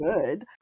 good